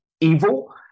evil